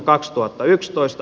otsikko